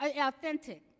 authentic